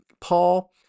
Paul